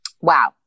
Wow